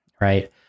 right